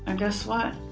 and guess what?